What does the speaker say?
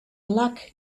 luck